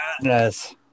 Yes